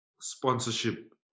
sponsorship